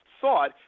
thought